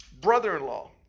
brother-in-law